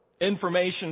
information